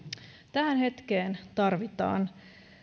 tähän hetkeen tarvitaan